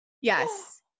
Yes